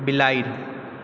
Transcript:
बिलाड़ि